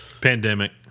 Pandemic